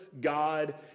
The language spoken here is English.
God